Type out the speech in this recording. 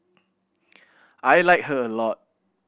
I like her a lot